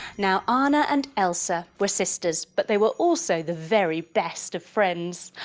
now anna and elsa were sisters but they were also the very best of friends.